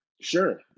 Sure